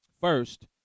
First